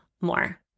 more